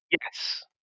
Yes